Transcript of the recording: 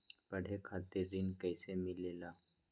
पढे खातीर ऋण कईसे मिले ला?